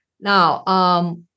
Now